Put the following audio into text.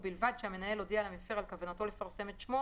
ובלבד שהמנהל הודיע למפר על כוונתו לפרסם את שמו,